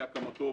מהקמתו,